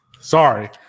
sorry